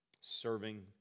Serving